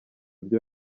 byo